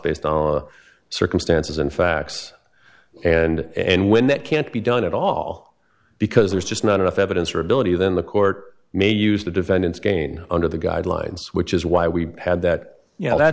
based on circumstances and facts and when that can't be done at all because there's just not enough evidence or ability then the court may use the defendants again under the guidelines which is why we had that y